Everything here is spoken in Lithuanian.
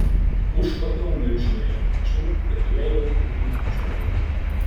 užkopiau milžinui ant pečių ir liejau ugnį žemyn